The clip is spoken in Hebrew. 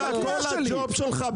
כל הג'וב שלך,